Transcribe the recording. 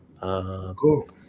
Cool